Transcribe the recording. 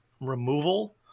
removal